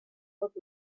pot